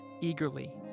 eagerly